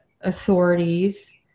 authorities